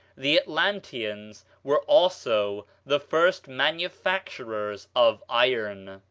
the atlanteans were also the first manufacturers of iron.